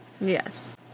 Yes